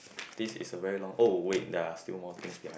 this is a very long oh wait there are still more things behind